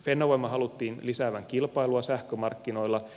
fennovoiman haluttiin lisäävän kilpailua sähkömarkkinoilla